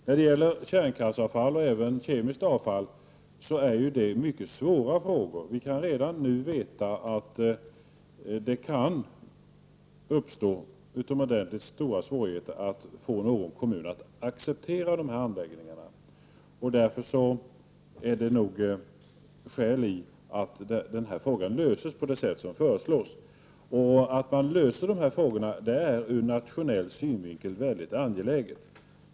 Hanteringen av kärnkraftsavfall och även kemiskt avfall är mycket svåra frågor, och vi vet redan nu att det kan uppstå utomordentligt stora svårigheter att få någon kommun att acceptera anläggningar för att ta emot sådant avfall. Därför är det nog skäl i att den frågan löses på det sätt som föreslås. Att man löser den frågan är ur nationell synvinkel väldigt angeläget.